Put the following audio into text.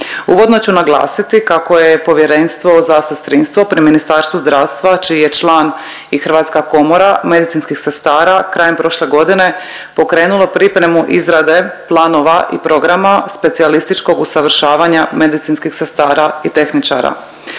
Uvodno ću naglasiti kako je Povjerenstvo za sestrinstvo pri Ministarstvu zdravstva čiji je član i Hrvatska komora medicinskih sestara krajem prošle godine pokrenulo pripremu izrade planova i programa specijalističkog usavršavanja medicinskih sestara i tehničara.